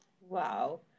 Wow